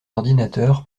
ordinateur